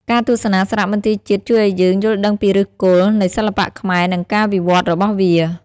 ការទស្សនាសារមន្ទីរជាតិជួយឲ្យយើងយល់ដឹងពីឫសគល់នៃសិល្បៈខ្មែរ និងការវិវត្តន៍របស់វា។